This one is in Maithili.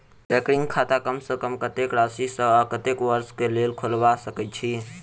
रैकरिंग खाता कम सँ कम कत्तेक राशि सऽ आ कत्तेक वर्ष कऽ लेल खोलबा सकय छी